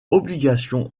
obligation